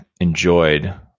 enjoyed